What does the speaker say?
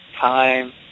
time